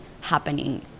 happening